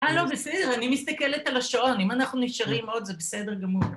אה לא בסדר, אני מסתכלת על השעון, אם אנחנו נשארים עוד זה בסדר גמור.